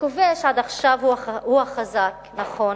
הכובש עד עכשיו הוא החזק, נכון,